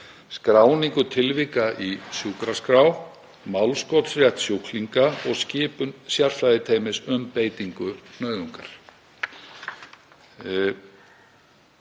skráningu tilvika í sjúkraskrá, málskotsrétt sjúklinga og skipun sérfræðiteymis um beitingu nauðungar.